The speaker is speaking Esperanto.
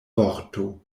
vorto